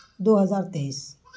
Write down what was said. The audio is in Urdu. دو ہزار تیئس